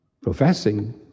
professing